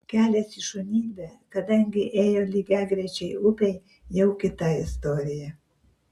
kelias į šunidę kadangi ėjo lygiagrečiai upei jau kita istorija